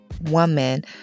woman